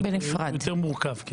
הוא יותר מורכב.